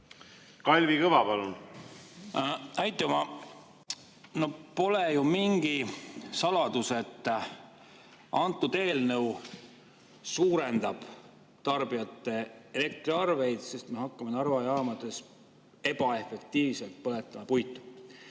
Kalvi Kõva, palun! Aitüma! Pole ju mingi saladus, et see eelnõu suurendab tarbijate elektriarveid, sest me hakkame Narva jaamades ebaefektiivselt põletama puitu.